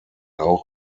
auch